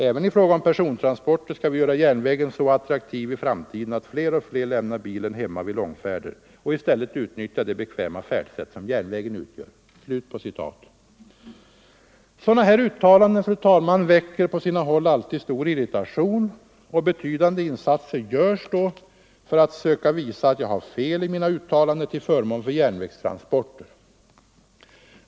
Även i fråga om persontransporter skall vi göra järnvägen så attraktiv i framtiden att fler och fler lämnar bilen hemma vid långfärder och i stället utnyttjar de bekväma färdsätt som järnvägen utgör.” Sådana uttalanden, fru talman, väcker på sina håll alltid stor irritation, och betydande insatser görs då för att försöka visa att jag har fel i mina uttalanden till förmån för järnvägstransporter.